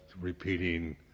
repeating